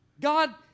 God